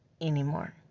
Anymore